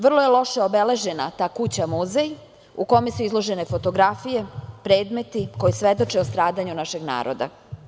Vrlo je loše obeležena ta kuća muzej u kome su izložene fotografije, predmeti koji svedoče o stradanju našeg naroda.